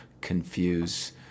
confuse